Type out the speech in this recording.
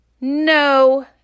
no